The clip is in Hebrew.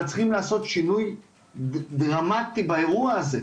אבל צריכים לעשות שינוי דרמטי באירוע הזה.